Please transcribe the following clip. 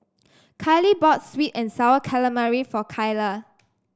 Kylie bought sweet and sour calamari for Kylah